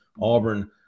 Auburn